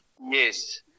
Yes